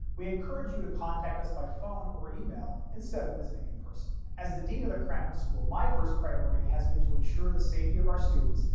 we encourage you to contact us by phone or email, instead of visiting in person. as the dean of the krannert school, my first priority has been to ensure the safety of our students,